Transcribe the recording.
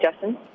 Justin